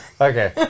Okay